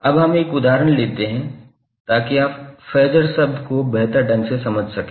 अब हम एक उदाहरण लेते हैं ताकि आप फेजर शब्द को बेहतर ढंग से समझ सकें